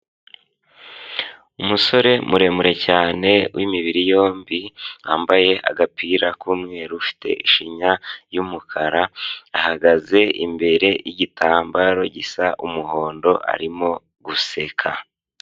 Umusore muremure cyane w'imibiri yombi yambaye agapira k'umweru, ufite ishinya y'umukara ahagaze imbere y'igitambaro gisa umuhondo arimo guseka.